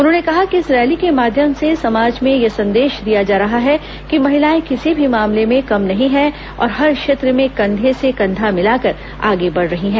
उन्होंने कहा कि इस रैली के माध्यम से समाज में यह संदेश दिया जा रहा है कि महिलाएं किसी भी मामले में कम नहीं हैं और हर क्षेत्र में कंधे से कंधा मिलाकर आगे बढ़ रही हैं